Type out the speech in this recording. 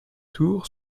tour